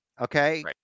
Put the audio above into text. Okay